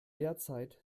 derzeit